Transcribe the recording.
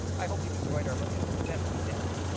i hope you've enjoyed our look at the best of denmark.